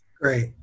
Great